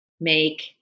make